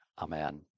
Amen